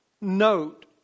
note